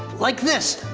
like this!